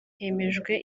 hemejwe